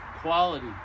quality